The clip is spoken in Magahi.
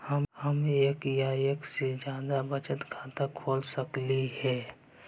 हम एक या एक से जादा बचत खाता खोल सकली हे?